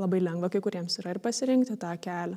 labai lengva kai kuriems yra ir pasirinkti tą kelią